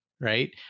right